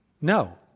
No